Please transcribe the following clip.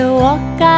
walk